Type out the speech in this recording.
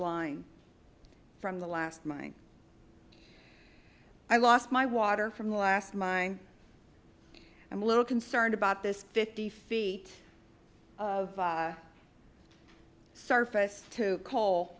line from the last mine i lost my water from the last mine i'm a little concerned about this fifty feet of surface to call